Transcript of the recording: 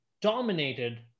dominated